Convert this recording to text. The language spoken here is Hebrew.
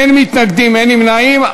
אין מתנגדים ואין נמנעים.